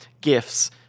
gifts